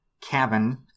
cabin